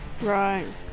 Right